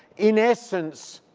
in essence,